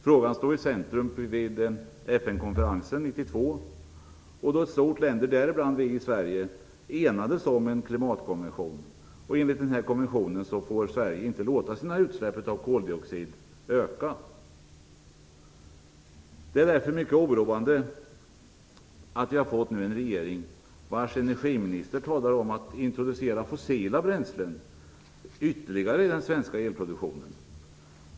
Frågan stod i centrum vid FN-konferensen 1992, då ett stort antal länder, däribland Sverige, enades om en klimatkonvention. Enligt denna konvention får Sverige inte låta sina utsläpp av koldioxid öka. Det är därför mycket oroande att vi nu har fått en regering vars energiminister talar om att introducera ytterligare fossila bränslen i den svenska elproduktionen.